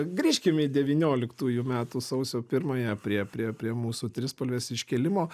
grįžkim į devynioliktųjų metų sausio pirmąją prie prie prie mūsų trispalvės iškėlimo